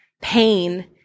pain